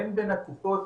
אין בין הקופות